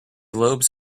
lobes